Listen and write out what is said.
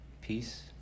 peace